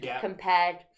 compared